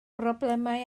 broblemau